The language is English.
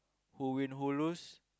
who win who lose